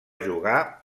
jugar